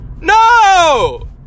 No